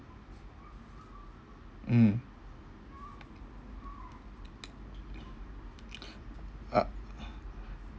mm uh